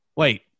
Wait